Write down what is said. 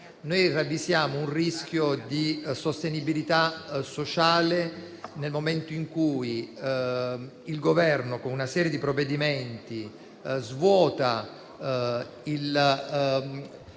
noi ravvisiamo un rischio di sostenibilità sociale nel momento in cui il Governo svuota con una serie di provvedimenti l'impatto